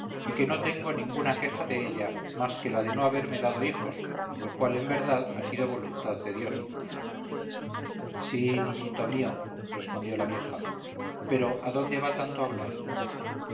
y que no tengo ninguna queja de ella más que la de no haberme dado hijos lo cual en verdad ha sido voluntad de dios sí niñito mío respondió la vieja pero a dónde va tanto hablar